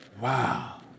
Wow